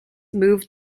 moved